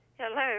Hello